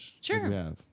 Sure